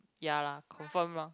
ya lah confirm lah